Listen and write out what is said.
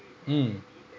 mm